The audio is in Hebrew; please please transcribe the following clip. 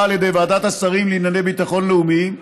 על ידי ועדת השרים לענייני ביטחון לאומי,